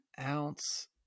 ounce